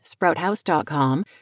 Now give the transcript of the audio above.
Sprouthouse.com